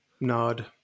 Nod